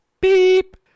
beep